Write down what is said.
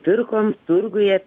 pirkom turguje